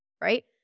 right